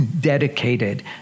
dedicated